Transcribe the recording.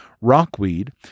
rockweed